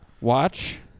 watch